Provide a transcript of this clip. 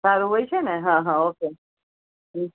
સારું હોય છે ને હા હા ઓકે